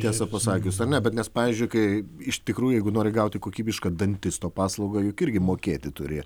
tiesą pasakius ar ne bet nes pavyzdžiui kai iš tikrųjų jeigu nori gauti kokybišką dantisto paslaugą juk irgi mokėti turi